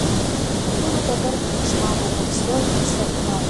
už durų dabar triukšmavo garsiau įsakmiau